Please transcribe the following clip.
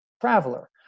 Traveler